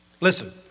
Listen